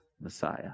Messiah